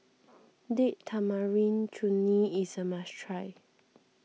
Date Tamarind Chutney is a must try